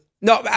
No